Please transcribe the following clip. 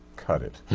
cut it.